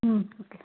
okay